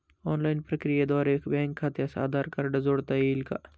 Online प्रक्रियेद्वारे bank खात्यास Aadhaar card जोडता येईल का?